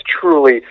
truly